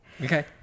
Okay